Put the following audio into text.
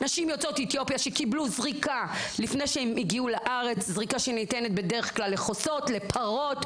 זריקה שניתנת לחוסות ולפרות,